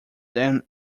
them